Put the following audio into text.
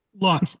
Look